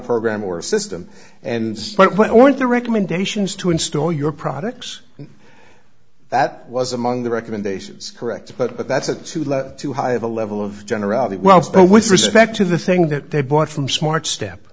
program or system and one of the recommendations to install your products that was among the recommendations correct but that's a too low too high of a level of generality wells but with respect to the thing that they bought from smart step